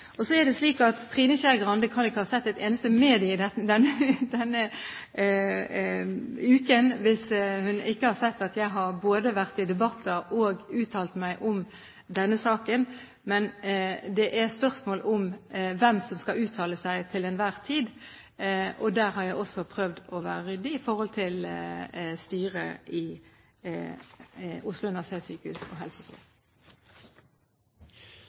Så er det slik at Trine Skei Grande kan ikke ha sett et eneste medium denne uken, hvis hun ikke har sett at jeg både har vært i debatter og uttalt meg om denne saken. Men det er spørsmål om hvem som skal uttale seg til enhver tid, og der har jeg også prøvd å være ryddig i forhold til styret i Oslo universitetssykehus og Helse-Sør-Øst. Debatten om redegjørelsen er avsluttet. Presidenten vil foreslå at helse-